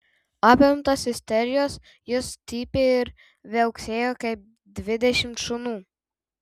apimtas isterijos jis cypė ir viauksėjo kaip dvidešimt šunų